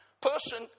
person